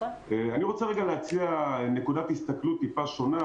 אני רוצה להציע נקודת הסתכלות טיפה שונה